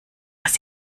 was